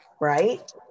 right